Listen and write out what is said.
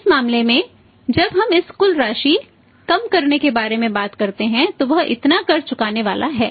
इस मामले में जब हम इस कुल राशि कम कर के बारे में बात करते हैं तो वह कितना कर चुकाने वाला है